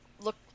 look